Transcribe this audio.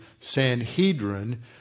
Sanhedrin